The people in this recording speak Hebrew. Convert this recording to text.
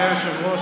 אדוני היושב-ראש,